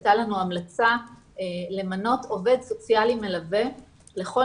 הייתה לנו המלצה למנות עובד סוציאלי מלווה לכל